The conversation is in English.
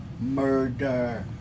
murder